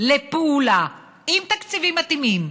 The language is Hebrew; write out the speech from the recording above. לפעולה עם תקציבים מתאימים,